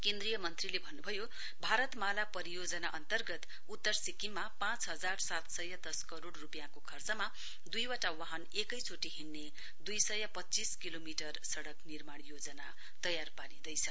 केन्द्रीय मन्त्रीले भन्नुभयो भारत माला परियोजना अन्तर्गत उत्तर सिक्किममा पाँच हजार सात सय दस करोड़ रुपियाँको खर्चमा दुईवटा वाहन एकैचोटि हिइने दुई सय पञ्चीस किलोमिटर सड़क निर्माण योजना तयार पारिँदैछ